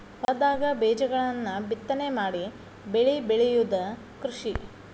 ಹೊಲದಾಗ ಬೇಜಗಳನ್ನ ಬಿತ್ತನೆ ಮಾಡಿ ಬೆಳಿ ಬೆಳಿಯುದ ಕೃಷಿ